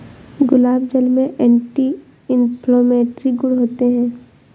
गुलाब जल में anti inflammatory गुण होते हैं